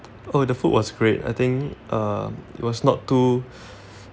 oh the food was great I think uh it was not too